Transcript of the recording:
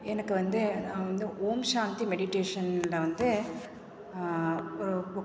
எனக்கு வந்து நான் வந்து ஓம் சாந்தி மெடிடேஷனில் வந்து ஒரு புக்கு